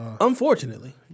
Unfortunately